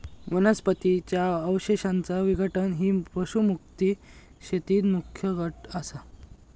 वनस्पतीं च्या अवशेषांचा विघटन ही पशुमुक्त शेतीत मुख्य अट असा